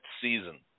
season